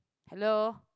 hello